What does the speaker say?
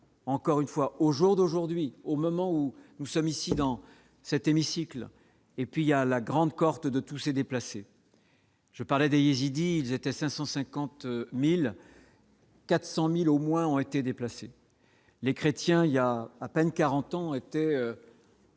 encore une fois, au jour d'aujourd'hui, au moment où nous sommes ici dans cet hémicycle, et puis il y a la grande cohorte de tous ces déplacés, je parlais de yézidis, ils étaient 550000. 400000 au moins ont été déplacés, les chrétiens, il y a à peine 40 ans était.